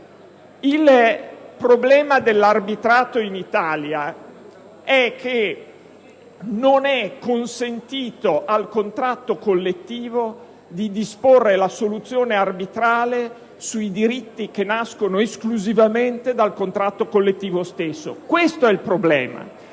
il problema dell'arbitrato in Italia sta nel fatto che non è consentito al contratto collettivo di disporre la soluzione arbitrale sui diritti che nascono esclusivamente dal contratto collettivo stesso. Questo è il problema.